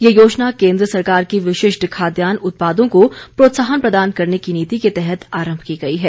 ये योजना केन्द्र सरकार की विशिष्ट खाद्यान्न उत्पादों को प्रोत्साहन प्रदान करने की नीति के तहत आरम्भ की गई है